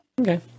Okay